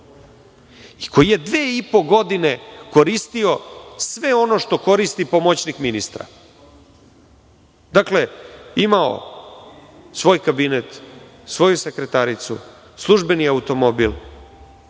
i koji je dve i po godine koristio ono što koristi pomoćnik ministra. Dakle, imao je svoj kabinet, svoju sekretaricu, službeni automobil.